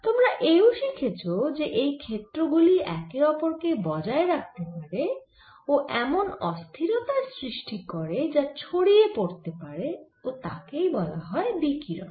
তোমরা এও শিখেছ যে এই ক্ষেত্র গুলি একে অপর কে বজায় রাখতে পারে ও এমন অস্থিরতার সৃষ্টি করে যা ছড়িয়ে পড়তে পারে এবং তাকে বলা হয় বিকিরণ